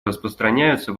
распространяются